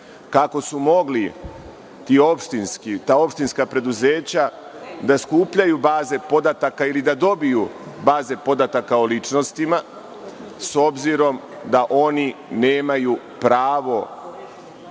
kako su mogla ta opštinska preduzeća da skupljaju baze podataka ili da dobiju baze podataka o ličnostima, s obzirom da oni nemaju pravo